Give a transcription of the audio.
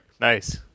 Nice